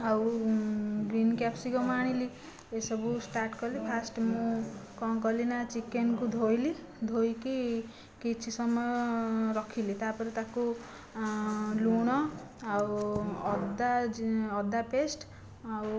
ଆଉ green capsicum ଆଣିଲି ଏସବୁ ଷ୍ଟାର୍ଟ କଲି ଫାର୍ଷ୍ଟ ମୁଁ କଣ କଲି ନା ଚିକେନକୁ ଧୋଇଲି ଧୋଇକି କିଛି ସମୟ ରଖିଲି ତାପରେ ତାକୁ ଲୁଣ ଆଉ ଅଦା ଅଦା ପେସ୍ଟ ଆଉ